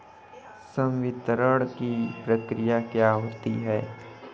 संवितरण की प्रक्रिया क्या होती है?